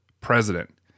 president